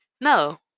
no